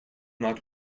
not